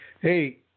Hey